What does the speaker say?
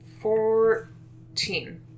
Fourteen